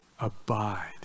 abide